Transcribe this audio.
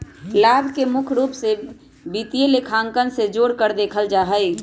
लाभ के मुख्य रूप से वित्तीय लेखांकन से जोडकर देखल जा हई